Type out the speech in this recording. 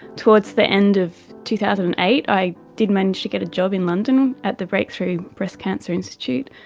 towards the end of two thousand and eight i did manage to get a job in london at the breakthrough breast cancer institute.